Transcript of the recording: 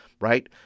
right